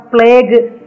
Plague